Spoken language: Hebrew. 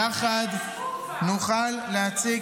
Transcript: יחד נוכל להציג